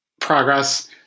progress